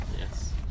Yes